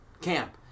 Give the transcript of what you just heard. camp